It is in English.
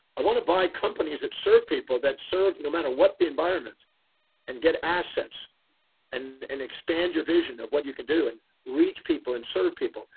i want to buy companies that serve people that serve no matter what the environment and get assets and and expand your vision of what you can do and reach people and serve people.